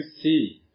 see